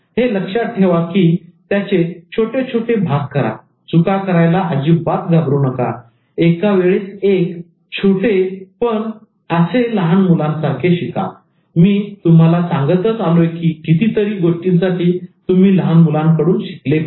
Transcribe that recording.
तर हे लक्षात ठेवा त्याचे छोटे छोटे भाग करा चुका करायला घाबरू नका एक वेळेस एक छोटे असे लहान मुलांसारखे शिका मी तुम्हाला सांगतच आलोय कितीतरी गोष्टींसाठी तुम्ही लहान मुलांकडून शिकले पाहिजे